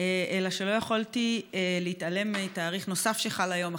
אלא שלא יכולתי להתעלם מתאריך נוסף שחל היום,